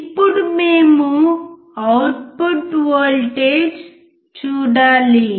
ఇప్పుడుమేము output voltage చూడాలి